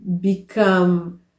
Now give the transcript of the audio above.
become